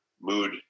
mood